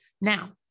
Now